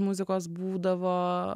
muzikos būdavo